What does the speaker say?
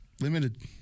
Limited